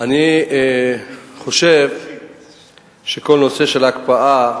אני חושב שכל הנושא של ההקפאה